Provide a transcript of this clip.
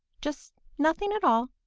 just nothing at all,